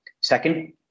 Second